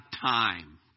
time